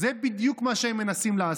זה בדיוק מה שהם מנסים לעשות.